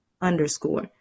underscore